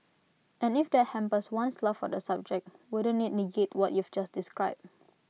and if that hampers one's love for the subject wouldn't IT negate what you've just described